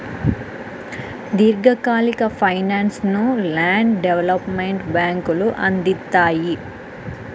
దీర్ఘకాలిక ఫైనాన్స్ను land development బ్యేంకులు అందిత్తాయి